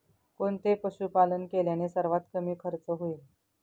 कोणते पशुपालन केल्याने सर्वात कमी खर्च होईल?